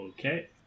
Okay